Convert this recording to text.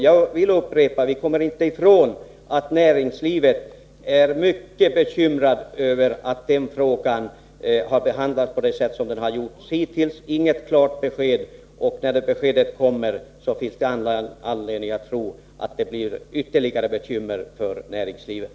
Jag vill upprepa: Vi kommer inte ifrån att man inom näringslivet är mycket bekymrad över att den frågan har behandlats på det sätt som varit fallet hittills: inga klara besked, och när besked kommer finns det anledning att tro att det blir ytterligare bekymmer för näringslivet.